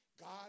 God